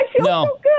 No